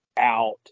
out